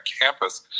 campus